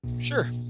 Sure